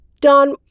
Don